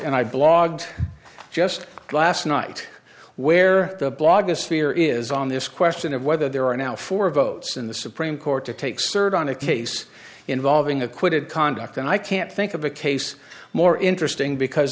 and i blogged just last night where the blogosphere is on this question of whether there are now four votes in the supreme court to take served on a case involving acquitted conduct and i can't think of a case more interesting because